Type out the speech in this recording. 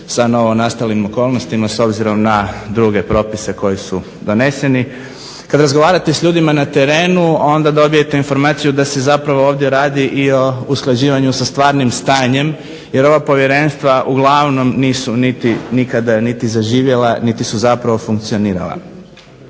sa novonastalim okolnostima s obzirom na druge propise koji su doneseni. Kad razgovarate sa ljudima na terenu onda dobijete informaciju da se zapravo ovdje radi i o usklađivanju sa stvarnim stanjem, jer ova povjerenstva uglavnom nisu niti nikada niti zaživjela niti su zapravo funkcionirala.